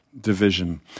division